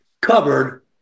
covered